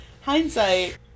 Hindsight